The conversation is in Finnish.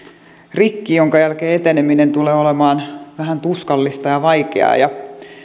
rikki minkä jälkeen eteneminen tulee olemaan vähän tuskallista ja vaikeaa ja